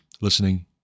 listening